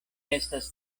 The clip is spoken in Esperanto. estas